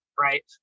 Right